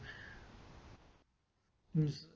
mm